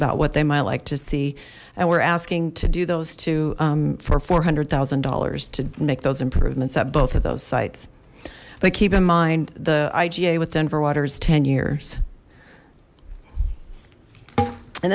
about what they might like to see and we're asking to do those two for four hundred thousand dollars to make those improvements at both of those sites but keep in mind the iga with denver water is ten years and